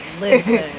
listen